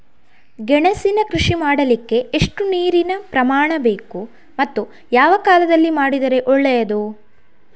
ಗೆಣಸಿನ ಕೃಷಿ ಮಾಡಲಿಕ್ಕೆ ಎಷ್ಟು ನೀರಿನ ಪ್ರಮಾಣ ಬೇಕು ಮತ್ತು ಯಾವ ಕಾಲದಲ್ಲಿ ಮಾಡಿದರೆ ಒಳ್ಳೆಯದು?